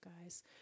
guys